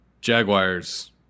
Jaguars